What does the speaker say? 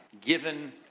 given